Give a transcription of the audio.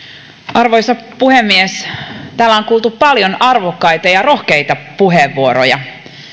arvoisa puhemies täällä on kuultu paljon arvokkaita ja rohkeita puheenvuoroja